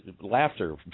laughter